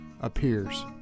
appears